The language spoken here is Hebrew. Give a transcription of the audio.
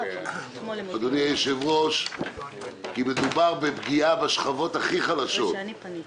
כי מדובר בפגיעה בשכבות החלשות ביותר.